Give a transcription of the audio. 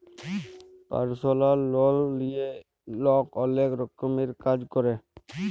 পারসলাল লল লিঁয়ে লক অলেক রকমের কাজ ক্যরে